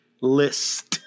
list